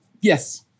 Yes